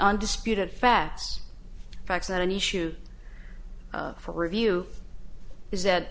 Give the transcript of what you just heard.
undisputed facts facts that an issue for review is that